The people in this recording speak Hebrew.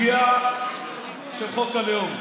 עכשיו לגבי הסוגיה של חוק הלאום.